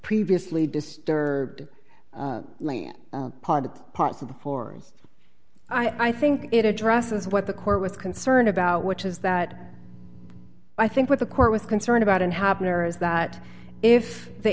previously disturbed parts of the floors i think it addresses what the court was concerned about which is that i think what the court was concerned about in happen or is that if the